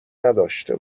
نداشته